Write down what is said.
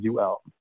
UL